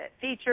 feature